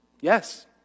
Yes